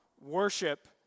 Worship